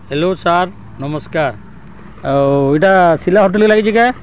hello sir ନମସ୍କାର ଆଉ ଇଟା ସିଲା ହୋଟେଲ୍କେ ଲାଗିଛେ କେଁ